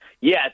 Yes